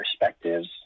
perspectives